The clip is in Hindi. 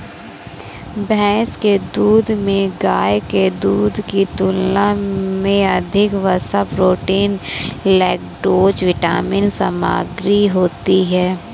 भैंस के दूध में गाय के दूध की तुलना में अधिक वसा, प्रोटीन, लैक्टोज विटामिन सामग्री होती है